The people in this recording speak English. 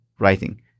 Writing